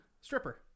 Stripper